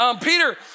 Peter